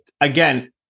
again